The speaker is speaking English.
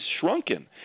shrunken